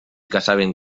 caçaven